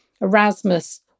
Erasmus